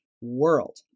world